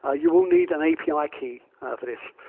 ah you will need an api like key for this.